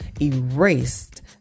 erased